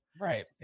right